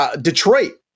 Detroit